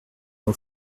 nos